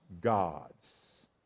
gods